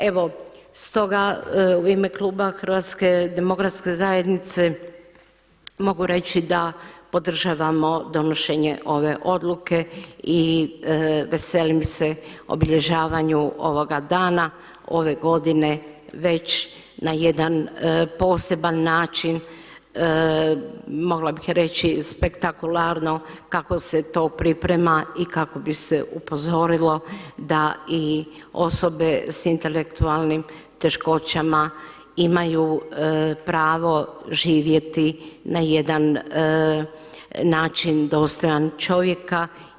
Evo, stoga u ime kluba HDZ-a mogu reći da podržavamo donošenje ove odluke i veselim se obilježavanju ovoga dana, ove godine već na jedna poseban način, mogla bih reći spektakularno kako se to priprema i kako bi se upozorilo da i osobe s intelektualnim teškoćama imaju pravo živjeti na jedan način dostojan čovjeka.